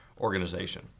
organization